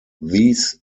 these